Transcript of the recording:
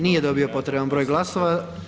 Nije dobio potreban broj glasova.